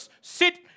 sit